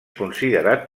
considerat